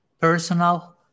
personal